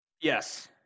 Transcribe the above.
Yes